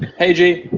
hey g,